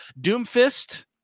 Doomfist